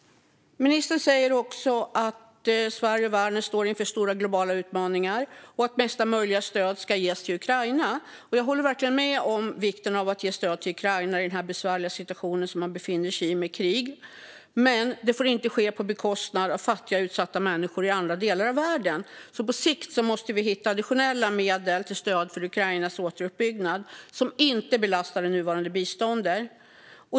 Ministern säger att Sverige och världen står inför stora globala utmaningar och att mesta möjliga stöd ska ges till Ukraina. Jag håller verkligen med om vikten av att ge stöd till Ukraina i den besvärliga situation som man befinner sig i med krig. Men det får inte ske på bekostnad av fattiga utsatta människor i andra delar av världen. På sikt måste vi hitta additionella medel till stöd för Ukrainas återuppbyggnad som inte belastar det nuvarande biståndet.